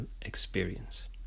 experience